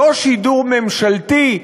לא שידור ממשלתי,